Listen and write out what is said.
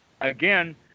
again